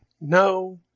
No